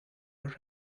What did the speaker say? are